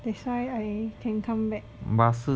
that's why I can come back